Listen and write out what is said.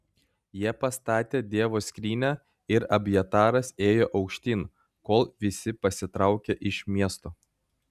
jie pastatė dievo skrynią ir abjataras ėjo aukštyn kol visi pasitraukė iš miesto